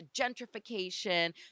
gentrification